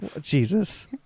Jesus